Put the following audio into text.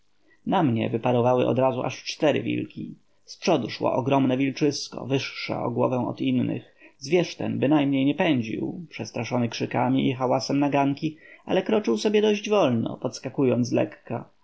na mnie wyparowały odrazu aż cztery wilki z przodu szło ogromne wilczysko wyższe o głowę od innych zwierz ten bynajmniej nie pędził przestraszony krzykami i hałasem naganki ale kroczył sobie dość wolno podskakując